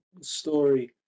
story